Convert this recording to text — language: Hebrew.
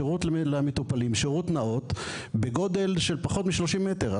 שירות נאות למטופלים בגודל של פחות מ-30 מ"ר?